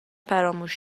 فراموش